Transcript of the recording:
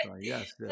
Yes